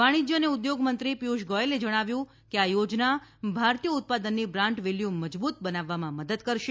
વાણિજ્ય અને ઉદ્યોગમંત્રી પિયુષ ગોયલે જણાવ્યું કે આ યોજના ભારતીય ઉત્પાદનની બ્રાન્ડ વેલ્યુ મજબૂત બનાવવામાં મદદ કરશે